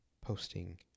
posting